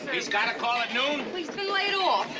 he's got to call at noon? well, he's been laid off.